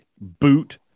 boot